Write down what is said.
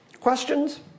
Questions